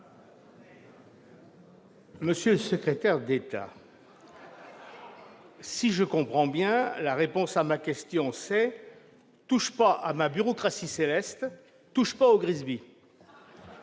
Monsieur le secrétaire d'État, si je comprends bien, la réponse à ma question, c'est :« Touche pas à ma bureaucratie céleste, touche pas au grisbi !